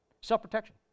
Self-protection